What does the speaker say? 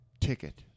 ticket